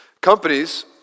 Companies